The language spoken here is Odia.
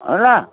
ହେଲା